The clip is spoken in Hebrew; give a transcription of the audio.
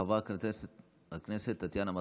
חברת הכנסת טטיאנה מזרסקי.